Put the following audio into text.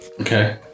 Okay